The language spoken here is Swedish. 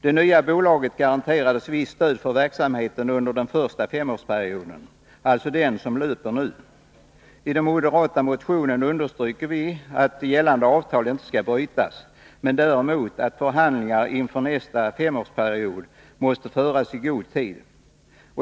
Det nya bolaget garanterades visst stöd för verksamheten under den första femårsperioden, alltså den som löper nu. I den moderata motionen understryker vi att gällande avtal inte skall brytas. Men vi anser att förhandlingar inför nästa femårsperiod måste föras i god tid.